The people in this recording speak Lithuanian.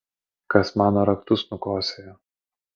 kas mano raktus nukosėjo